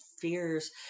fears